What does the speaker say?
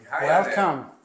welcome